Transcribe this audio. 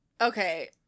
Okay